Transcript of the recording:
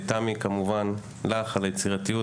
לך תמי, כמובן, על היצירתיות.